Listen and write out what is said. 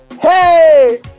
Hey